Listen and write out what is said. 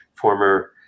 former